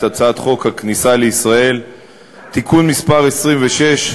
הצעת חוק הכניסה לישראל (תיקון מס' 26),